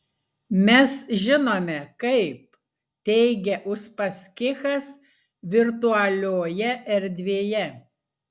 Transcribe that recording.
mes žinome kaip teigia uspaskichas virtualioje erdvėje